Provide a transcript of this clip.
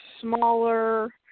smaller